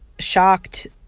shocked,